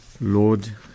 Lord